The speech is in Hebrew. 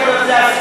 רבותי.